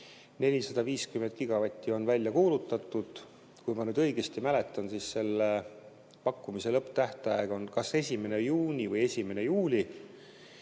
450 gigavati kohta on välja kuulutatud. Kui ma õigesti mäletan, siis selle pakkumise lõpptähtaeg on kas 1. juuni või 1. juuli.